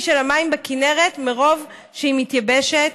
של המים בכינרת מרוב שהיא מתייבשת.